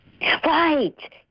right